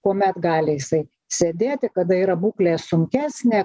kuomet gali jisai sėdėti kada yra būklė sunkesnė